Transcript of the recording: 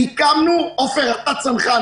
עפר שלח, אתה צנחן.